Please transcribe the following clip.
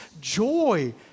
joy